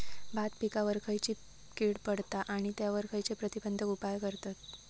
भात पिकांवर खैयची कीड पडता आणि त्यावर खैयचे प्रतिबंधक उपाय करतत?